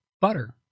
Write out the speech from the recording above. butter